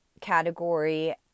category